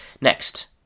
Next